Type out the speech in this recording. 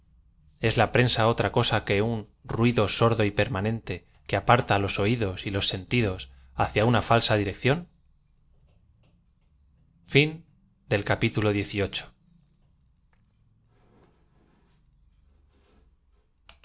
ea la prensa otra coaa que un ruido iord o y permanente que aparta los oidos y los sentidos hacia una falsa dirección b